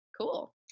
Cool